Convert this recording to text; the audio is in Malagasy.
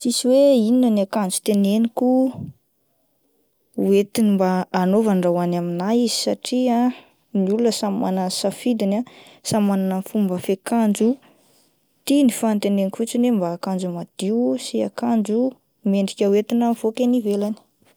Tsisy hoe inona ny akanjo teneniko hoentiny mba hanaovany raha hoany amin'nà izy satria ny olona samy manana ny safidiny ah samy manana ny fomba fiakanjo tiany fa ny teneniko fotsiny hoe mba akanjo madio sy akanjo mendrika hoentina mivoaka eny ivelany.